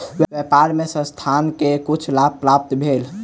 व्यापार मे संस्थान के किछ लाभ प्राप्त भेल